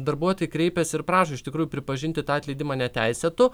darbuotojai kreipiasi ir prašo iš tikrųjų pripažinti tą atleidimą neteisėtu